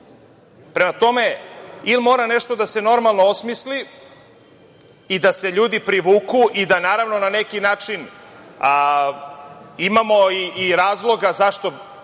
radi. Prema tome, ili mora nešto da se normalno osmisli i da se ljudi privuku i da, naravno, na neki način imamo i razloga zašto